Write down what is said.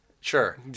Sure